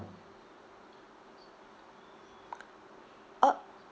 uh